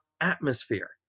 atmosphere